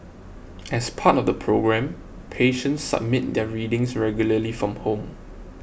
as part of the programme patients submit their readings regularly from home